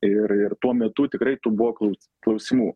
ir ir tuo metu tikrai tų buvo klaus klausimų